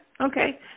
okay